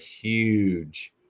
huge